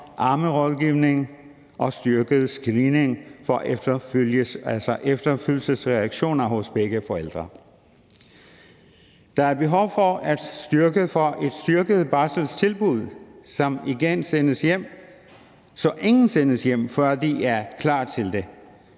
ammerådgivning og styrket screening for efterfødselsreaktioner hos begge forældre. Der er behov for et styrket barselstilbud, så ingen sendes hjem, før de er klar til det;